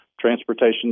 transportation